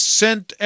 sent